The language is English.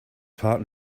part